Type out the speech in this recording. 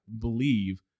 believe